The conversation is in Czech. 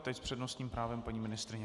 Teď s přednostním právem paní ministryně.